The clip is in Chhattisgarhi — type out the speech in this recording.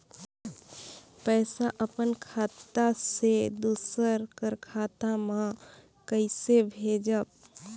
पइसा अपन खाता से दूसर कर खाता म कइसे भेजब?